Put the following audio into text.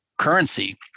currency